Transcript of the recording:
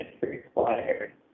required